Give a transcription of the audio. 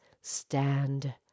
stand